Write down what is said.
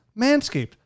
Manscaped